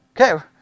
Okay